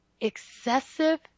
excessive